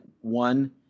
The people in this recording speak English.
one